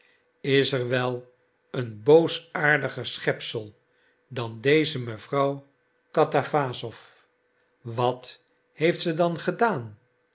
is er wel een boosaardiger schepsel dan deze mevrouw katawassow wat heeft ze dan gedaan